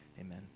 Amen